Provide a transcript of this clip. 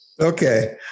Okay